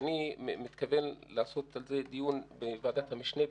ואני מתכוון לעשות על זה דיון בוועדת המשנה,